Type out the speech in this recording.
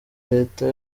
leta